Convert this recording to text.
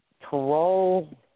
Parole